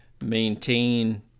maintain